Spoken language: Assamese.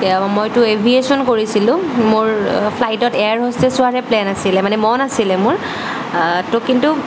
মইতো এভিয়েশ্বন কৰিছিলোঁ মোৰ ফ্লাইটত এয়াৰ হোষ্টেজ হোৱাৰহে প্লেন আছিলে মানে মন আছিলে মোৰ তো কিন্তু